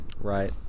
Right